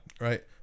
right